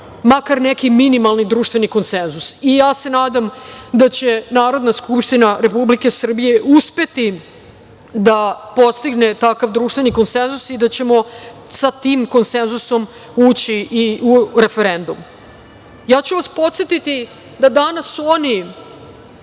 makar neki minimalni društveni konsenzus i ja se nadam da će Narodna Skupština Republike Srbije, uspeti da postigne takav društven konsenzus, i da ćemo sa tim konsenzusom ući i u referendum. Podsetiću vas da danas oni